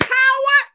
power